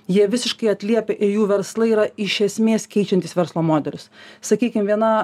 jie visiškai atliepia ir jų verslai yra iš esmės keičiantys verslo modelius sakykim viena